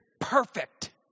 Perfect